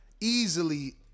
easily